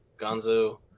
Gonzo